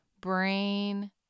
brain